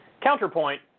Counterpoint